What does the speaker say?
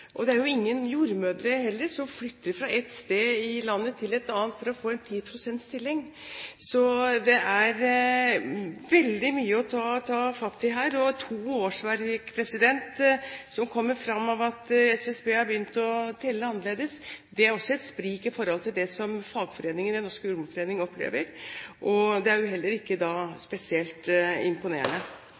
Det er jo heller ingen jordmødre som flytter fra ett sted i landet til et annet for å få en 10 pst.-stilling. Så det er veldig mye å ta fatt i her. En økning på to årsverk, som kommer fram ved at SSB har begynt å telle annerledes, er et sprik i forhold til det som fagforeningen, Den norske jordmorforening, opplever. Det er jo heller ikke spesielt imponerende.